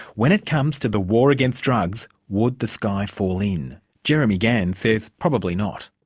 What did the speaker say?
when it comes to the war against drugs, would the sky fall in? jeremy gans says probably not.